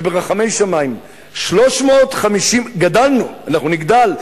וברחמי שמים גדלנו, אנחנו נגדל.